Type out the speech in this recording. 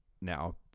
now